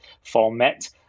format